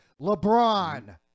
LeBron